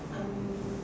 um